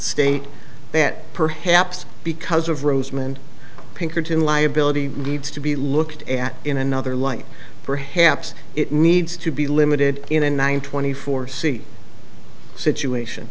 state that perhaps because of rosemond pinkerton liability needs to be looked at in another light perhaps it needs to be limited in one twenty four seat situation